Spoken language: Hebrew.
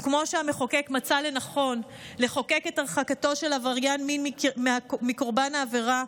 וכמו שהמחוקק מצא לנכון לחוקק את הרחקתו של עבריין מין מקורבן העבירה,